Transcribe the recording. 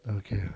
okay